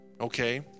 Okay